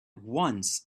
once